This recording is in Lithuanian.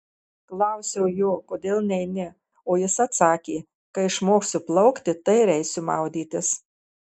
klausiau jo kodėl neini o jis atsakė kai išmoksiu plaukti tai ir eisiu maudytis